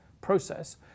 process